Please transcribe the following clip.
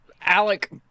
Alec